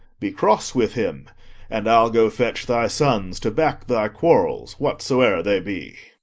be cross with him and i'll go fetch thy sons to back thy quarrels, whatsoe'er they be.